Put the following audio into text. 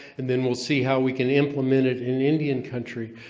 and then we'll see how we can implement it in indian country.